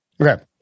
Okay